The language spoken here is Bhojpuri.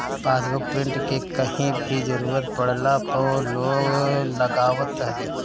पासबुक प्रिंट के कहीं भी जरुरत पड़ला पअ लोग लगावत हवे